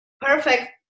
perfect